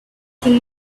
came